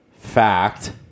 fact